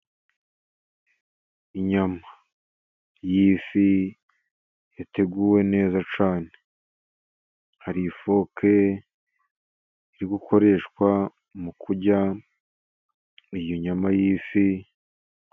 Inyama y'ifi, yateguwe neza cyane, hari ifoke iri gukoreshwa mu kurya iyo nyama y'ifi.